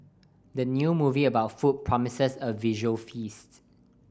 the new movie about food promises a visual feast